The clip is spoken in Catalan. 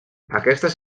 aquestes